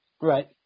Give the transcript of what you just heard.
Right